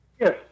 Yes